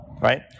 right